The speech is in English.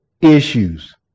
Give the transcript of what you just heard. issues